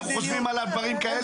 אנחנו חושבים עליו דברים כאלה,